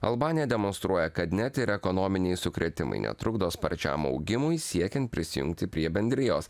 albanija demonstruoja kad net ir ekonominiai sukrėtimai netrukdo sparčiam augimui siekiant prisijungti prie bendrijos